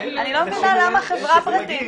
אני לא מבינה למה חברה פרטית